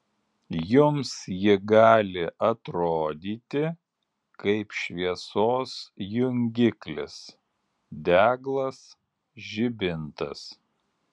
jums ji gali atrodyti kaip šviesos jungiklis deglas žibintas